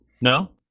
no